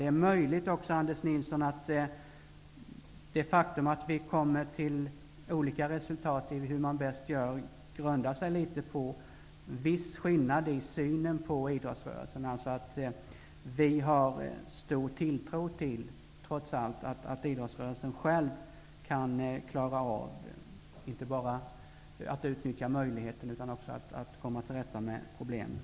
Det är möjligt, Anders Nilsson, att det faktum att vi kommer till olika resultat när det gäller hur man bäst bör göra grundar sig litet på en viss skillnad i synen på idrottsrörelsen. Vi har trots allt stor tilltro till att idrottsrörelsen själv skall klara av att inte bara utnyttja möjligheterna utan också att komma till rätta med problemen.